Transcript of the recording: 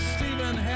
Stephen